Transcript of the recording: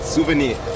Souvenir